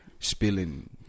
Spilling